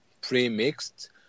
pre-mixed